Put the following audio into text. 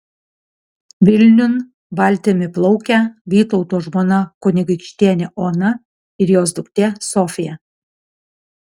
vilniun valtimi plaukia vytauto žmona kunigaikštienė ona ir jos duktė sofija